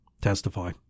testify